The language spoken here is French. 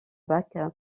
bach